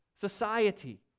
society